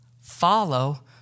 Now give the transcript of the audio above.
follow